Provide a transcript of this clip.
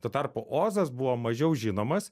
tuo tarpu ozas buvo mažiau žinomas